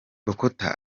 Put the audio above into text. bokota